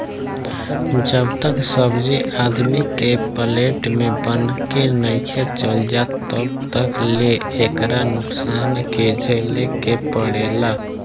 जब तक सब्जी आदमी के प्लेट में बन के नइखे चल जात तब तक ले एकरा नुकसान के झेले के पड़ेला